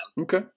Okay